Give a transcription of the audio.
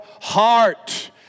heart